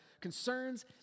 concerns